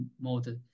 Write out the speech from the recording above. model